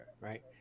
right